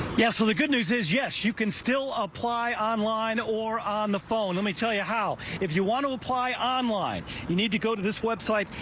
yes, so the good news is yes, you can still apply online or on the phone. let me tell you how. if you want to apply alone online. you need to go to this website.